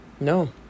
no